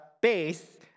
base